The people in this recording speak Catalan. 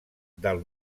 del